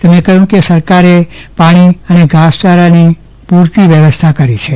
તેમણે કહ્યુ કે સરકારે પાણી અને ઘાસચારાની પુરતી વ્યવસ્થા કરી છે